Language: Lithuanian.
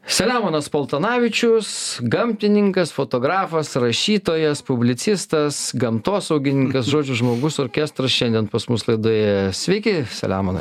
selemonas paltanavičius gamtininkas fotografas rašytojas publicistas gamtosaugininkas žodžiu žmogus orkestras šiandien pas mus laidoje sveiki saliamonai